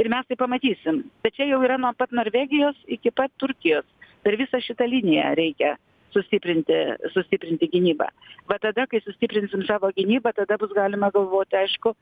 ir mes tai pamatysim bet čia jau yra nuo pat norvegijos iki pat turkijos per visą šitą liniją reikia sustiprinti sustiprinti gynybą va tada kai sustiprinsim savo gynybą tada bus galima galvoti aišku